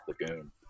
Lagoon